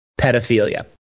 pedophilia